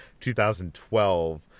2012